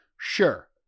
Sure